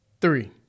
three